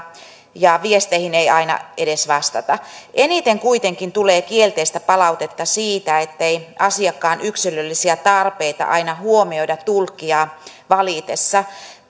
ja viesteihin ei aina edes vastata eniten kuitenkin tulee kielteistä palautetta siitä ettei asiakkaan yksilöllisiä tarpeita aina huomioida tulkkia valitessa